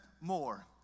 more